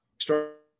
Start